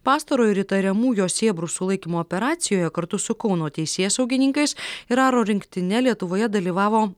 pastarojo ir įtariamų jo sėbrų sulaikymo operacijoje kartu su kauno teisėsaugininkais ir aro rinktine lietuvoje dalyvavo